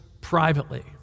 privately